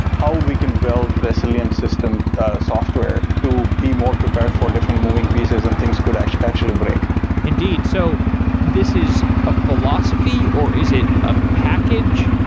how we can build resilient system software to be more prepared for different moving pieces and things could actually actually break indeed. so this is a philosophy, or is it a package?